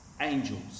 angels